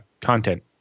content